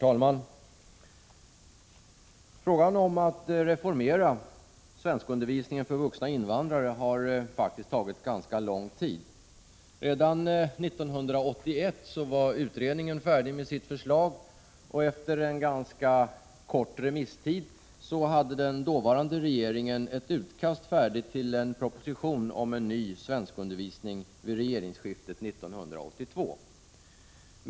Herr talman! Reformerandet av svenskundervisningen för vuxna invandrare har faktiskt tagit ganska lång tid. Redan 1981 var utredningen färdig med sitt förslag, och efter en tämligen kort remisstid hade den dåvarande regeringen vid regeringsskiftet 1982 ett utkast klart till en proposition om en ny svenskundervisning.